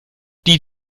die